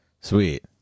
Sweet